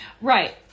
Right